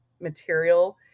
material